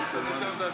לא נתקבלה.